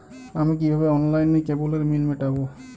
আমি কিভাবে অনলাইনে কেবলের বিল মেটাবো?